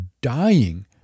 dying